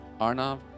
Arnav